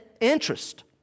interest